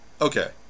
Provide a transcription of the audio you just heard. Okay